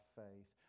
faith